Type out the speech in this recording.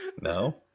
No